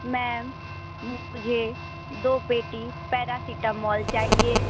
ma'am मुझे दो पेटी पैरासिटामोल चाहिए